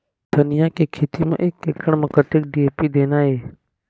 धनिया के खेती म एक एकड़ म कतक डी.ए.पी देना ये?